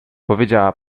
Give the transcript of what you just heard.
powiedziała